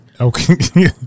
okay